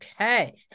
Okay